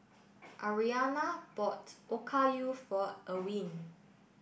Aryanna bought Okayu for Ewin